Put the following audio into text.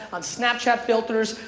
on snapchat filters,